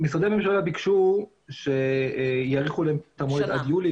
משרדי ממשלה ביקשו שיאריכו להם את המועד עד יולי,